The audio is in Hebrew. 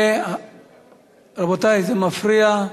רבותי, זה מפריע.